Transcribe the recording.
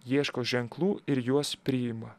ieško ženklų ir juos priima